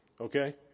okay